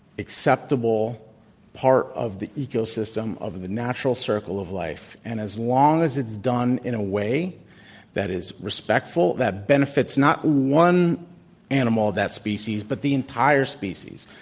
acceptable part of the ecosystem, of of the natural circle of life. and as long as it's done in a way that is respectful, that benefits not one animal of that species, but the entire species,